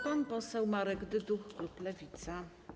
Pan poseł Marek Dyduch, klub Lewica.